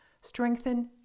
Strengthen